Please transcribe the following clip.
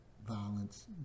violence